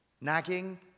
Nagging